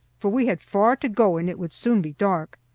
for we had far to go and it would soon be dark.